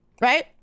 Right